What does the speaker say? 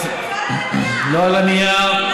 על הנייר.